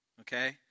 okay